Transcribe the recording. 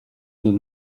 donne